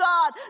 God